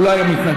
הוא לא היה מתנגד.